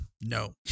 No